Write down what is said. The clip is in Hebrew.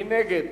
מי נגד?